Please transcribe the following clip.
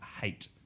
hate